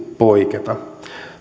poiketa